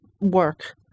work